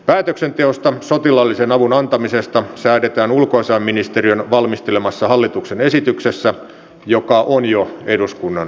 päätöksenteosta sotilaallisen avun antamisesta säädetään ulkoasiainministeriön valmistelemassa hallituksen esityksessä joka on jo eduskunnan käsittelyssä